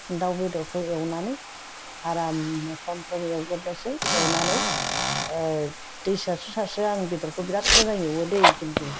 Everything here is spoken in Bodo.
दाउ बेदरखौ एवनानै आरामनो फ्राम फ्राम एवग्रोनोसै एवनानै दै सारस्रो सारस्रो आं बेदरखौ बिराद मोजां एवो दै किन्तु